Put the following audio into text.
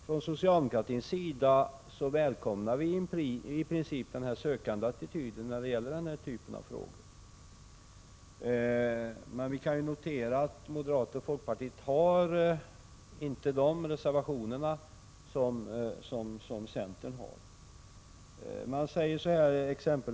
Från socialdemokratins sida välkomnar vi denna sökande attityd hos centern när det gäller den här typen av frågor, samtidigt som vi noterar att moderata samlingspartiet och folkpartiet inte ställt sig bakom de reservationer som centern avgivit.